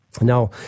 Now